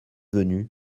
venue